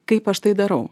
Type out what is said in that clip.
kaip aš tai darau